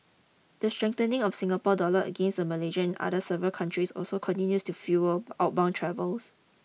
the strengthening of Singapore dollar against the Malaysian and several currencies also continues to fuel outbound travels